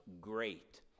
great